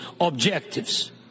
objectives